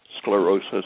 sclerosis